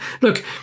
look